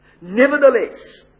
Nevertheless